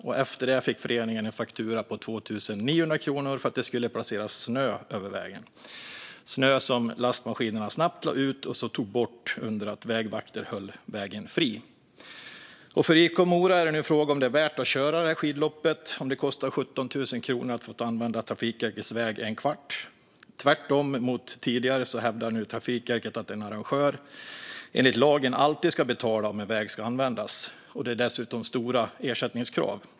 Efter det fick föreningen en faktura på 2 900 kronor för att det skulle placeras snö på vägen - snö som lastmaskinerna snabbt lade ut och sedan tog bort under det att vägvakter höll vägen fri. För IFK är det nu frågan om det är värt att köra det här skidloppet om det kostar 17 000 kronor att använda Trafikverkets väg i en kvart. Tvärtom mot tidigare hävdar nu Trafikverket att en arrangör enligt lag alltid ska betala när väg ska användas, och det är dessutom stora ersättningskrav.